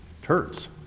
hurts